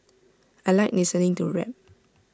I Like listening to rap